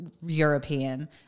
European